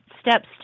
steps